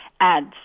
ads